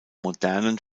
modernen